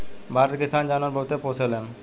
भारत के किसान जानवर बहुते पोसेलन